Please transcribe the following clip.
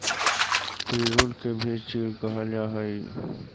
पिरुल के भी चीड़ कहल जा हई